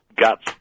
Guts